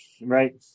Right